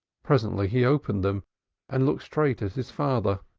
presently he opened them and looked straight at his father.